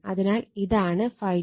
അതിനാൽ ഇതാണ് ∅2